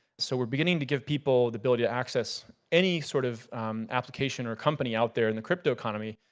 so we're beginning to give people the ability to access any sort of application or company out there in the cryptoeconomy.